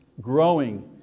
growing